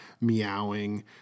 meowing